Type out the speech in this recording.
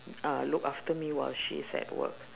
uh look after me while she is at work